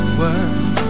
world